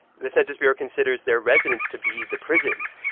the census bureau considers their residence to be the prisons.